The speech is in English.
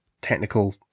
technical